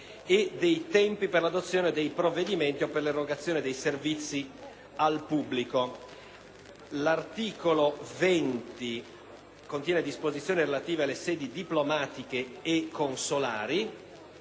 e dei tempi per l'adozione dei provvedimenti o per l'erogazione dei servizi al pubblico. L'articolo 20 contiene disposizioni relative alle sedi diplomatiche e consolari.